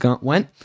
went